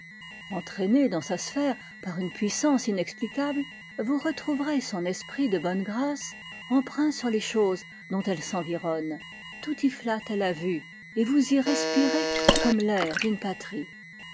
entraîné dans sa sphère par une puissance inexplicable vous retrouverez son esprit de bonne grâce empreint sur les choses dont elle s'environne tout y flatte la vue et vous y respirez comme l'air d'une patrie